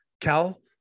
Cal